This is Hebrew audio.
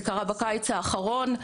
זה קרה בקיץ האחרון.